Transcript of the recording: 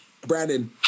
Brandon